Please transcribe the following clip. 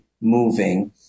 moving